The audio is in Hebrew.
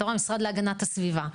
בתור המשרד להגנת הסביבה,